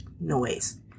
noise